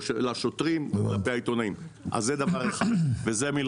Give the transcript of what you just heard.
לשוטרים כלפי העיתונאים וזה מלכתחילה.